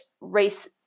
race